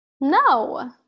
No